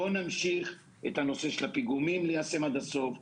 בואו נמשיך את נושא הפיגומים ליישם עד הסוף,